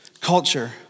culture